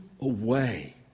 away